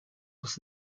was